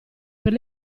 per